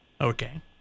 Okay